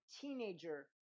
teenager